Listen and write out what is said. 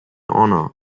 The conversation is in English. honor